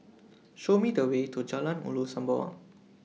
Show Me The Way to Jalan Ulu Sembawang